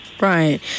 Right